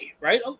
right